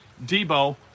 Debo